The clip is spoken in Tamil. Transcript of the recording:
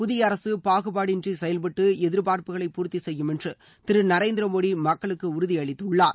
புதிய அரசு பாகுபாடின்றி செயல்பட்டு எதிர்பார்ப்புகளை பூர்த்தி செய்யும் என்று திரு நரேந்திரமோடி மக்களுக்கு உறுதி அளித்துள்ளார்